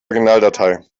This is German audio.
originaldatei